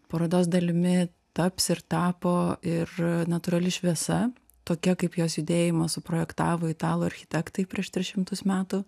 parodos dalimi taps ir tapo ir natūrali šviesa tokia kaip jos judėjimą suprojektavo italų architektai prieš tris šimtus metų